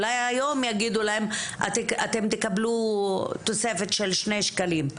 אולי היום יגידו להם אתם תקבלו תוספת של שני שקלים.